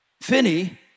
Finney